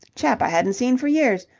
chap i hadn't seen for years.